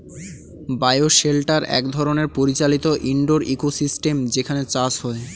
bio shelter এক ধরনের পরিচালিত ইন্ডোর ইকোসিস্টেম যেখানে চাষ হয়